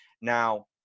Now